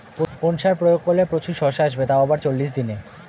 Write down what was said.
কোন সার প্রয়োগ করলে প্রচুর শশা আসবে তাও আবার চল্লিশ দিনে?